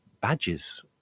badges